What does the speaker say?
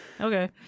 Okay